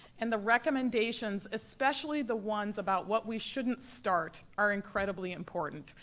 and the recommendations, especially the ones about what we shouldn't start are incredibly important.